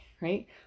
right